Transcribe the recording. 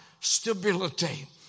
stability